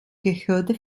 gehörte